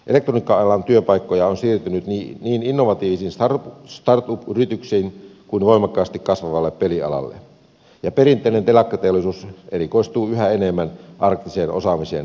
elektroniikka alan työpaikkoja on siirtynyt niin innovatiivisiin startup yrityksiin kuin voimakkaasti kasvavalle pelialalle ja perinteinen telakkateollisuus erikoistuu yhä enemmän arktisen osaamisen edistämiseen